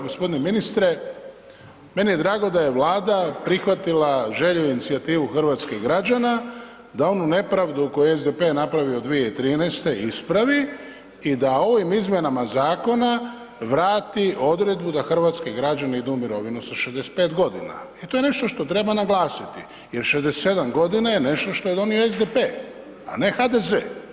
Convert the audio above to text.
G. ministre, meni je drago da je Vlada prihvatila želju i inicijativu hrvatskih građana da onu nepravdu koju je SDP napravio 2013. ispravi i da ovim izmjenama zakona vrati odredbu da hrvatski građani idu u mirovinu sa 65 g. i to je nešto što treba naglasiti jer 67 g. je nešto što je donio SDP a ne HDZ.